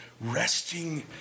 resting